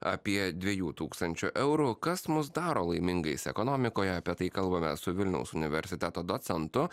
apie dviejų tūkstančių eurų kas mus daro laimingais ekonomikoje apie tai kalbame su vilniaus universiteto docentu